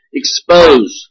expose